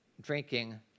drinking